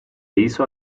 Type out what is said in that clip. hizo